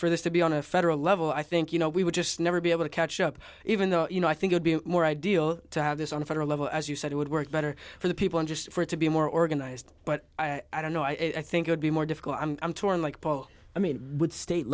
for this to be on a federal level i think you know we would just never be able to catch up even though you know i think i'd be more ideal to have this on a federal level as you said it would work better for the people just for it to be more organized but i don't know i think i'd be more difficult i'm i'm torn like paul i mean with state